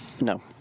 No